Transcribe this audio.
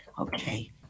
Okay